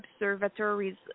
observatories